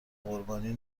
قربانی